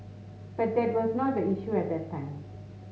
but that was not the issue at that time